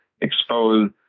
expose